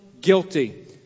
guilty